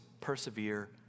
persevere